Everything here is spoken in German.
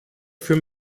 für